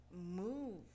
move